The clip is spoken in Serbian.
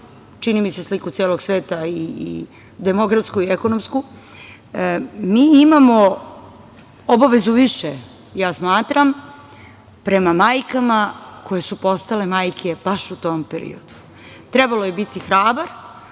čini mi se sliku celog sveta i demografsku i ekonomsku, mi imamo obavezu više, ja smatram, prema majkama koje su postale majke, baš u tom periodu. Trebalo je biti hrabar,